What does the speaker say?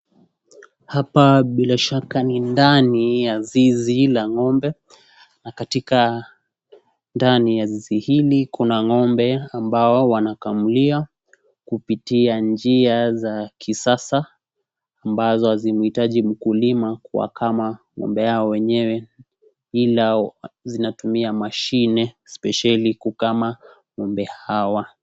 Hapa bila shaka ni ndani ya zizi la ng'ombe na katika ndani ya zizi hili kuna ng'ombe ambao wanakamuliwa kupitia njia za kisasa ambazo hazimuhitaji mkulima kuwakama ng'ombe hao wenyewe ila zinatumia mashine spesheli kukama ng'ombe hawa.